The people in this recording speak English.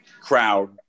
crowd